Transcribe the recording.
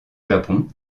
japon